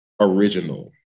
original